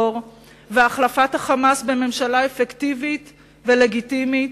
והחלפת ה"חמאס" בממשלה אפקטיבית ולגיטימית,